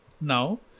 Now